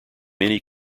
many